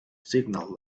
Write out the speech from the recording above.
signal